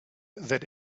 that